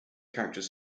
characters